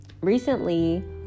recently